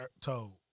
told